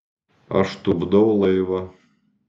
aš tupdau laivą